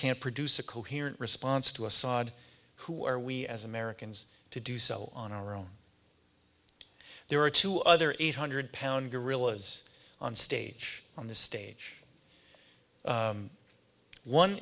can't produce a coherent response to assad who are we as americans to do so on our own there are two other eight hundred pound gorillas on stage on the stage